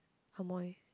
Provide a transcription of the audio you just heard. amoy